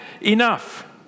enough